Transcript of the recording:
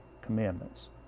commandments